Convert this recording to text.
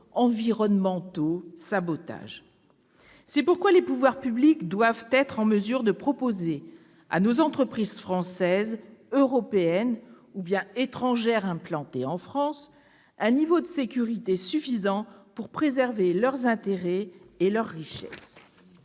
environnementaux, sabotages. C'est pourquoi les pouvoirs publics doivent être en mesure de proposer aux entreprises françaises et européennes, ainsi qu'aux entreprises étrangères implantées en France, un niveau de sécurité suffisant pour préserver leurs intérêts et leurs richesses.